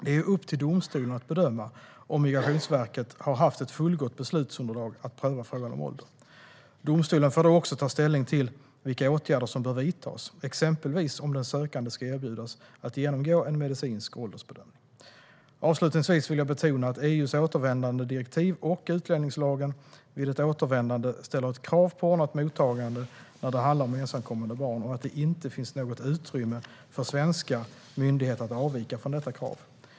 Det är upp till domstolen att bedöma om Migrationsverket har haft ett fullgott beslutsunderlag för att pröva frågan om ålder. Domstolen får då också ta ställning till vilka åtgärder som bör vidtas, exempelvis om den sökande ska erbjudas att genomgå en medicinsk åldersbedömning. Avslutningsvis vill jag betona att EU:s återvändandedirektiv och utlänningslagen ställer ett krav på ordnat mottagande vid ett återvändande när det handlar om ensamkommande barn och att det inte finns något utrymme för svenska myndigheter att avvika från detta krav.